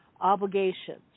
obligations